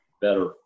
better